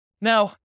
Now